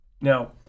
Now